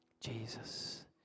Jesus